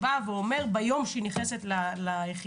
יודעים שביום שהחיילת נכנסת ליחידה,